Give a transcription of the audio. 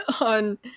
on